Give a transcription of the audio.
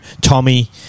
Tommy